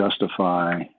justify